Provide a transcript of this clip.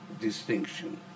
distinction